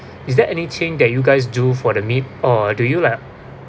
is there any change that you guys do for the meat or do you like